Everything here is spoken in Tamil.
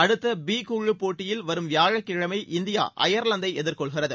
அடுத்த பி குழு போட்டியில் வரும் வியாழக்கிழமை இந்தியா அயர்வாந்தை எதிர்கொள்கிறது